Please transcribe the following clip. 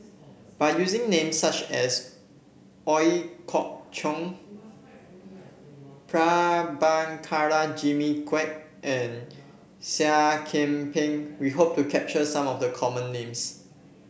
by using names such as Ooi Kok Chuen Prabhakara Jimmy Quek and Seah Kian Peng we hope to capture some of the common names